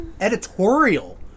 Editorial